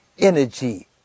energy